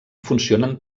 funcionen